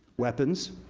weapons,